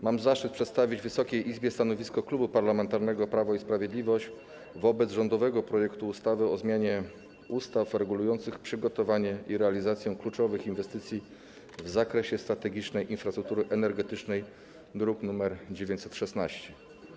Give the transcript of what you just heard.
Mam zaszczyt przedstawić Wysokiej Izbie stanowisko Klubu Parlamentarnego Prawo i Sprawiedliwość wobec rządowego projektu ustawy o zmianie ustaw regulujących przygotowanie i realizację kluczowych inwestycji w zakresie strategicznej infrastruktury energetycznej, druk nr 916.